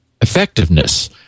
effectiveness